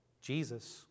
Jesus